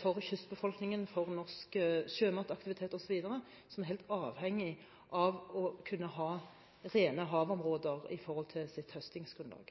for kystbefolkningen og for norsk sjømataktivitet osv., som er helt avhengig av å ha rene havområder for sitt høstingsgrunnlag.